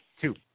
Two